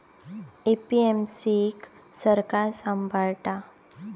APMC क सरकार सांभाळता